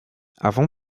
avant